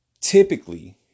typically